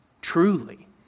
truly